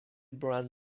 brown